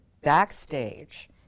backstage